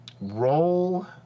roll